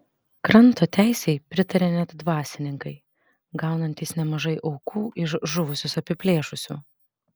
kranto teisei pritarė net dvasininkai gaunantys nemažai aukų iš žuvusius apiplėšusių